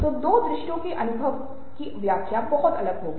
तो दो दृश्यों के अनुभव की व्याख्या बहुत अलग होनी चाहिए